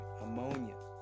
ammonia